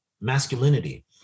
masculinity